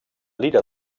lira